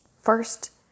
First